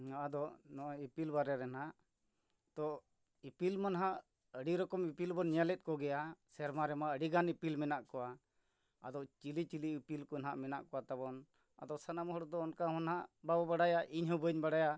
ᱟᱫᱚ ᱱᱚᱜᱼᱚᱸᱭ ᱤᱯᱤᱞ ᱵᱟᱨᱮ ᱨᱮᱱᱟᱜ ᱛᱚ ᱤᱯᱤᱞ ᱢᱟ ᱦᱟᱸᱜ ᱟᱹᱰᱤ ᱨᱚᱠᱚᱢ ᱤᱯᱤᱞ ᱵᱚᱱ ᱧᱮᱞᱮᱫ ᱠᱚᱜᱮᱭᱟ ᱥᱮᱨᱢᱟ ᱨᱮᱢᱟ ᱟᱹᱰᱤ ᱜᱟᱱ ᱤᱯᱤᱞ ᱢᱮᱱᱟᱜ ᱠᱚᱣᱟ ᱟᱫᱚ ᱪᱤᱞᱤ ᱪᱤᱞᱤ ᱤᱯᱤᱞ ᱠᱚ ᱦᱟᱸᱜ ᱢᱮᱱᱟᱜ ᱠᱚᱣᱟ ᱛᱟᱵᱚᱱ ᱟᱫᱚ ᱥᱟᱱᱟᱢ ᱦᱚᱲ ᱫᱚ ᱚᱱᱠᱟ ᱦᱚᱸ ᱱᱟᱦᱟᱜ ᱵᱟᱵᱚ ᱵᱟᱲᱟᱭᱟ ᱤᱧ ᱦᱚᱸ ᱵᱟᱹᱧ ᱵᱟᱲᱟᱭᱟ